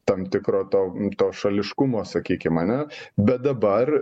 tam tikro to to šališkumo sakykim ane bet dabar